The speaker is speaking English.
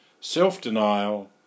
Self-denial